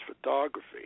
photography